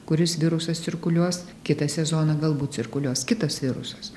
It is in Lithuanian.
kuris virusas cirkuliuos kitą sezoną galbūt cirkuliuos kitas virusas